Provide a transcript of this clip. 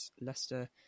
Leicester